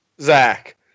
Zach